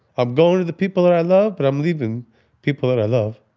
i'm going to the people that i love, but i'm leaving people that i love.